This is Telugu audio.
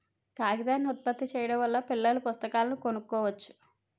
కాగితాన్ని ఉత్పత్తి చేయడం వల్ల పిల్లల పుస్తకాలను కొనుక్కోవచ్చు